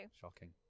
Shocking